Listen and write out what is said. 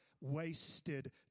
wasted